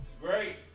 great